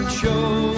show